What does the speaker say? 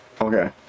okay